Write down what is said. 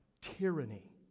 tyranny